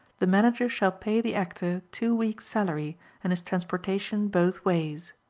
the manager shall pay the actor two weeks' salary and his transportation both ways.